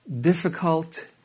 Difficult